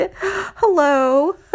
hello